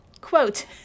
Quote